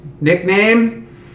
Nickname